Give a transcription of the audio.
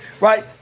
right